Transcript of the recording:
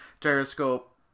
gyroscope